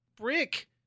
brick